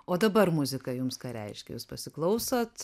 o dabar muzika jums ką reiškia jūs pasiklausot